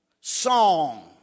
song